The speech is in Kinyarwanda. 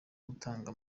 gutanga